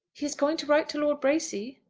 he is going to write to lord bracy.